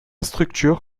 structure